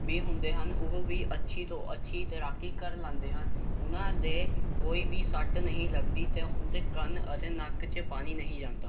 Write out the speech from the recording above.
ਵੀ ਹੁੰਦੇ ਹਨ ਉਹ ਵੀ ਅੱਛੀ ਤੋਂ ਅੱਛੀ ਤੈਰਾਕੀ ਕਰ ਲੈਂਦੇ ਹਨ ਉਹਨਾਂ ਦੇ ਕੋਈ ਵੀ ਸੱਟ ਨਹੀਂ ਲੱਗਦੀ ਅਤੇ ਉਹਨਾਂ ਦੇ ਕੰਨ ਅਤੇ ਨੱਕ 'ਚ ਪਾਣੀ ਨਹੀਂ ਜਾਂਦਾ